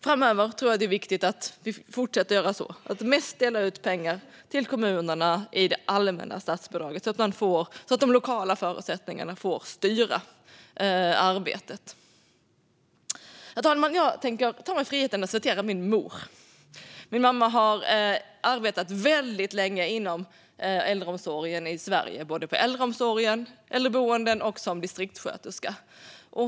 Framöver tror jag att det är viktigt att vi fortsätter att dela ut mest pengar till kommunerna från det allmänna statsbidraget, så att de lokala förutsättningarna får styra arbetet. Herr talman! Jag tänker ta mig friheten att återge vad min mor har skrivit. Min mamma har arbetat väldigt länge inom äldreomsorgen i Sverige, både på äldreboenden och som distriktssköterska.